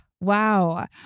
wow